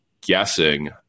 guessing